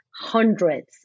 hundreds